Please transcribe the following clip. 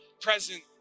present